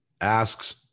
asks